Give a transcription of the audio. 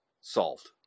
solved